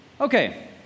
Okay